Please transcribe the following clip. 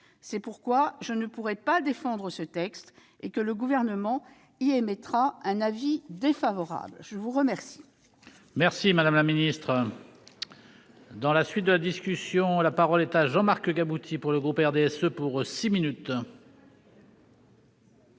C'est pourquoi je ne pourrai pas défendre ce texte, sur lequel le Gouvernement émettra un avis défavorable. La parole